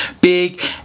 Big